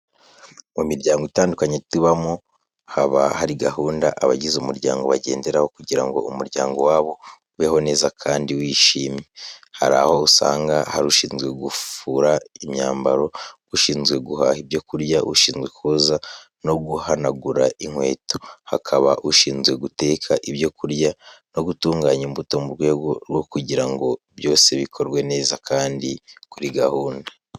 Mu miryango itandukanye tubamo, haba hari gahunda abagize umuryango bagenderaho kugira ngo umuryango wabo ubeho neza kandi wishimye. Hari aho usanga hari ushinzwe gufura imyambaro, ushinzwe guhaha ibyo kurya, ushinzwe koza no guhanagura inkweto, hakaba ushinzwe guteka ibyo kurya no gutunganya imbuto mu rwego rwo kugira ngo byose bikorwe neza kandi kuri gahunda.